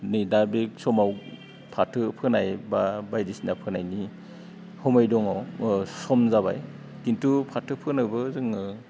नै दा बे समाव फाथो फोनाय बा बायदिसिना फोनायनि हमय दङ सम जाबाय खिन्थु फाथो फोनोबो जोंनो